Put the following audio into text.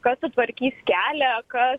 kas sutvarkys kelią kas